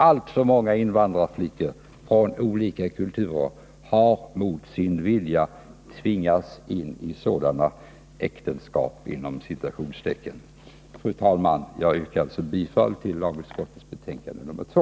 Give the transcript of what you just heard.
Alltför många invandrarflickor från olika kulturer har tvingats ingå sådana ”äktenskap”. Fru talman! Jag yrkar alltså bifall till utskottets hemställan i lagutskottets betänkande nr 2.